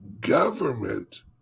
government